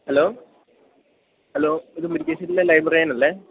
hello hello ഇത് മുരിക്കാശ്ശേരിയിലെ ലൈബ്രെറിയനല്ലേ